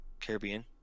Caribbean